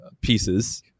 pieces